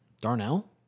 Darnell